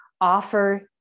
offer